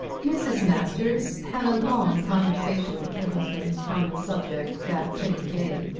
mrs. masters had a long conversation with her husband on the subject that same day,